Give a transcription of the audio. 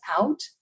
out